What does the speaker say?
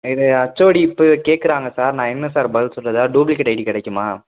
இது ஹச்ஓடி இப்போ கேட்கறாங்க சார் நான் என்ன சார் பதில் சொல்வது ஏதா டூப்ளிகேட் ஐடி கிடைக்குமா